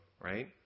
right